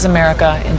America